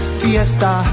fiesta